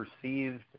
perceived